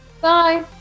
Bye